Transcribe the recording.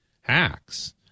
hacks